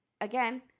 again